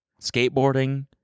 skateboarding